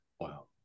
Wow